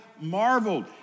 marveled